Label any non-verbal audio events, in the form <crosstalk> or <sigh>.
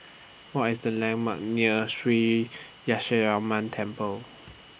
What IS The landmarks near Shree <unintelligible> Temple